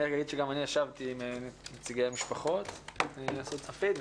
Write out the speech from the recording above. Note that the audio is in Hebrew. אני רק אגיד שגם אני ישבתי עם נציגי המשפחות מאסון צפית.